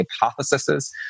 hypotheses